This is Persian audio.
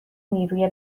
نیروی